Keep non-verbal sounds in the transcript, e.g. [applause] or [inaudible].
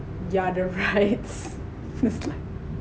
yeah the rides [laughs]